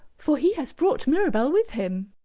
for he has brought mirabell with him.